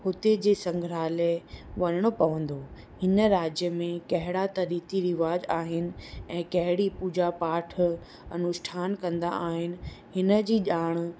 हुते जे संग्रहालय वञिणो पवंदो हिन राज्य में कहिड़ा त रीति रवाज आहिनि ऐं कहिड़ी पूजा पाठ अनुष्ठान कंदा आहिनि हिनजी ॼाण